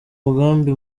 mugambi